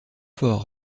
fort